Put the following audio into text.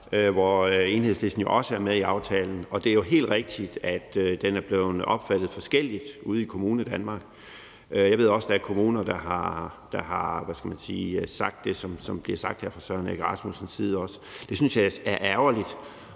som Enhedslisten jo også er med i. Og det er jo helt rigtigt, at den er blevet opfattet forskelligt ude i Kommunedanmark. Jeg ved også, at der er kommuner, der har sagt det, som bliver sagt her fra Søren Egge Rasmussens side også, og det synes jeg er ærgerligt.